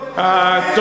הם לא